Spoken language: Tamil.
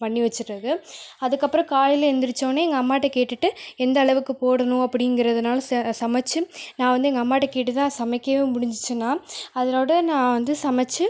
பண்ணி வச்சிறது அதுக்கப்புறம் காலையில் எழுந்திருச்ச உடனே எங்கள் அம்மாகிட்ட கேட்டுட்டு எந்த அளவுக்கு போடணும் அப்படிங்கறதுனால் சமைத்து நான் வந்து எங்கள் அம்மாகிட்ட கேட்டுத்தான் சமைக்கவும் முடிஞ்சிச்சு நான் அதோடு நான் வந்து சமைத்து